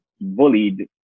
bullied